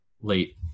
late